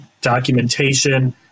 documentation